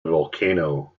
volcano